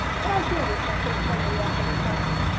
but i do wish my first memory of her was nicer.